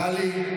טלי.